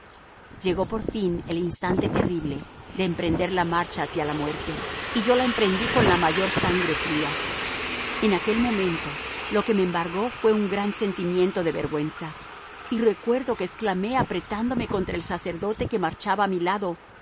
llegó por fin el instante terrible de emprender la marcha hacia la muerte y yo la emprendí con la mayor sangre fría en aquel momento lo que me embargó fue un gran sentimiento de vergüenza y recuerdo que exclamé apretándome contra el sacerdote que marchaba a mi lado